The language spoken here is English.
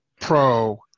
Pro